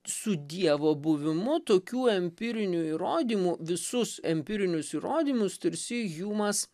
su dievo buvimu tokių empirinių įrodymų visus empirinius įrodymus tarsi hjumas